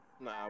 Nah